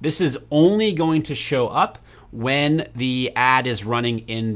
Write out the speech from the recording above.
this is only going to show up when the ad is running in